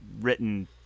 written